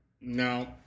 no